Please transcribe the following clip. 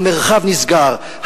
המרחב נסגר,